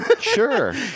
Sure